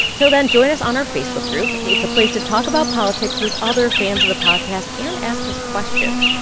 till then, join us on our facebook group. it's a place to talk about politics with other fans of the podcast and ask us questions.